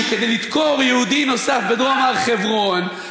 כדי לדקור יהודי נוסף בדרום הר-חברון,